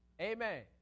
Amen